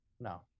No